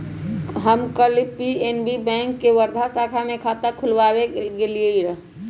हम कल PNB bank के वर्धा शाखा में खाता खुलवावे गय लीक हल